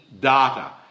data